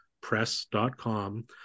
press.com